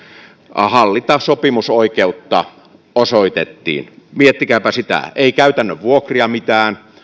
hallita sopimusoikeutta osoitettiin miettikääpä sitä ei mitään käytäntöjä vuokrista